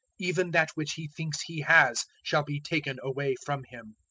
even that which he thinks he has shall be taken away from him.